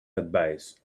advice